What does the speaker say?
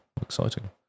Exciting